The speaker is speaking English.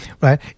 right